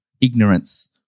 ignorance